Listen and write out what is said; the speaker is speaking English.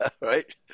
Right